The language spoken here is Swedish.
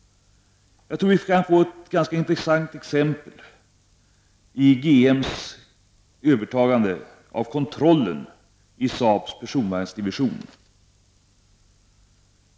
Jag tror att vi kan få ett ganska intressant exempel i GM:s övertagande av kontrollen av Saabs personvagnsdivision.